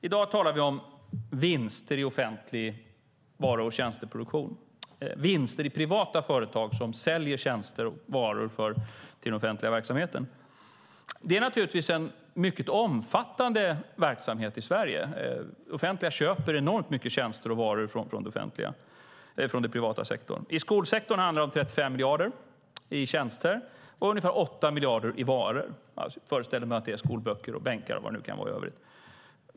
I dag talar vi om vinster i privata företag som säljer tjänster och varor till den offentliga verksamheten. Det är en mycket omfattande verksamhet i Sverige. Det offentliga köper enormt mycket tjänster och varor från den privata sektorn. I skolsektorn handlar det om 35 miljarder i tjänster och ungefär 8 miljarder i varor, det vill säga skolböcker, varor med mera.